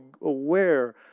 aware